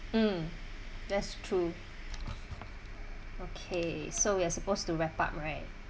mm that's true okay so we're supposed to wrap up right